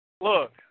Look